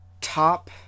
top